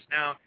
Now